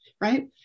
right